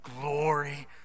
glory